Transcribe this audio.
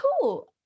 cool